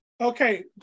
Okay